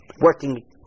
working